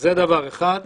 זה דבר אחד.